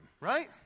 right